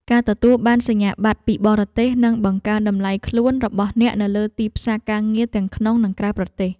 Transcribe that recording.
ការទទួលបានសញ្ញាបត្រពីបរទេសនឹងបង្កើនតម្លៃខ្លួនរបស់អ្នកនៅលើទីផ្សារការងារទាំងក្នុងនិងក្រៅប្រទេស។